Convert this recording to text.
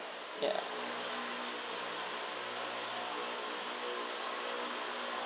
ya